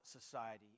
society